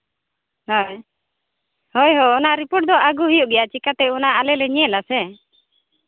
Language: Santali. ᱦᱳᱭ ᱦᱳᱭ ᱚᱱᱟ ᱨᱤᱯᱳᱨᱴ ᱫᱚ ᱟᱹᱜᱩ ᱦᱩᱭᱩᱜ ᱜᱮᱭᱟ ᱪᱤᱠᱟᱹᱛᱮ ᱚᱱᱟ ᱟᱞᱮᱞᱮ ᱧᱮᱞᱟ ᱥᱮ